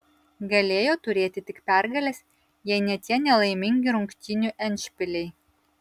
galėjo turėti tik pergales jei ne tie nelaimingi rungtynių endšpiliai